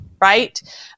Right